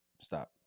Stop